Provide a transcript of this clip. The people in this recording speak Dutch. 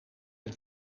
een